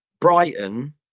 Brighton